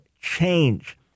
change